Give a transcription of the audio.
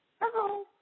Hello